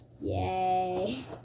Yay